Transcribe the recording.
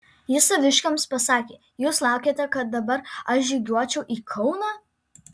jis saviškiams pasakė jūs laukiate kad dabar aš žygiuočiau į kauną